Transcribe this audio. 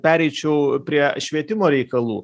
pereičiau prie švietimo reikalų